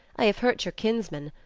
i have hurt your kins man.